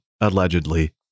allegedly